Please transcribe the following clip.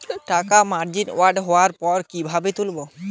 টাকা ম্যাচিওর্ড হওয়ার পর কিভাবে তুলব?